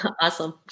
Awesome